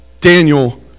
Daniel